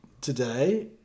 today